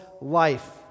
life